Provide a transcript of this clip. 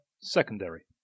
secondary